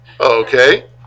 Okay